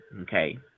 okay